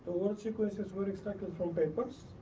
what sequences were expected from papers?